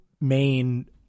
main